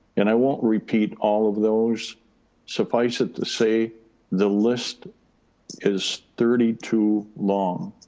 and i won't repeat all of those suffice it to say the list is thirty two long.